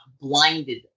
blinded